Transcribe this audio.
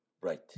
Right